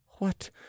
What